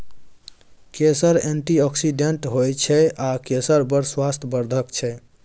केसर एंटीआक्सिडेंट होइ छै आ केसर बड़ स्वास्थ्य बर्धक छै